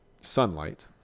sunlight